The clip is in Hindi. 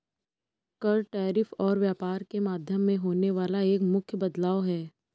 कर, टैरिफ और व्यापार के माध्यम में होने वाला एक मुख्य बदलाव हे